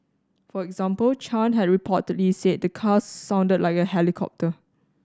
for example Chan had reportedly said the car sounded like a helicopter